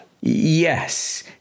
Yes